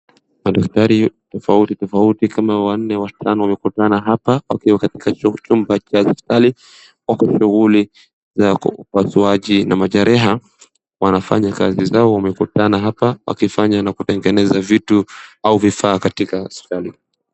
Madaktari tofautitofauti kama wanne wamekutana hapa wakiwa katika chumba cha hospitali wako shughuli ya upasuaji na majeraha wanafanya kazi zao wamekutana hapa na kutengeneza vitu au vifaa katika hospitali.